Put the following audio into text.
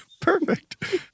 Perfect